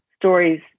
stories